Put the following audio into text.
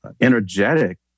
energetic